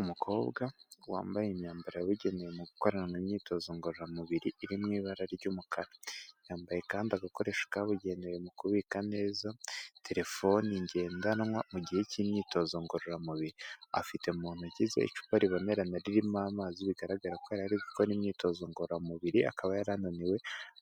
Umukobwa wambaye imyambaro yabugenewe gukorana imyitozo ngororamubiri iri mu ibara ry'umukara yambaye kandi agakoresho kabugenewe mu kubika neza telefoni ngendanwa mu gihe cy'imyitozo ngororamubiri, afite mu ntogize icupa ribonemerana ririmo amazi bigaragara ko yari gukora imyitozo ngororamubiri akaba yari ananiwe